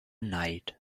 night